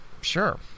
Sure